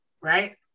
right